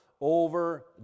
over